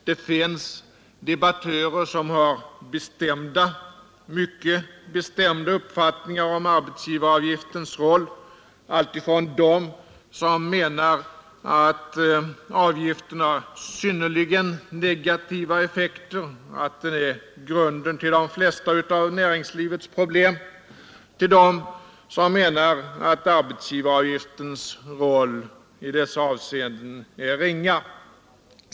Det finns debattörer som har bestämda — ja, mycket bestämda — uppfattningar om arbetsgivaravgiftens roll, alltifrån dem som menar att avgiften har synnerligen negativa effekter, att den är grunden till de flesta av näringslivets problem, till dem som menar att arbetsgivaravgiftens roll i dessa avseenden är ringa.